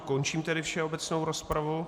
Končím tedy všeobecnou rozpravu.